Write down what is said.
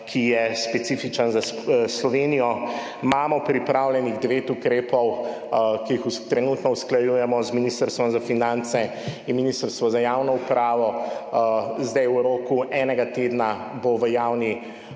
ki je specifičen za Slovenijo. Pripravljenih imamo devet ukrepov, ki jih trenutno usklajujemo z Ministrstvom za finance in Ministrstvom za javno upravo. Zdaj bo v roku enega tedna v javni